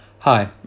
Hi